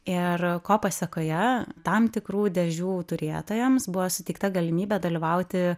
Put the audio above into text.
ir ko pasekoje tam tikrų dėžių turėtojams buvo suteikta galimybė dalyvauti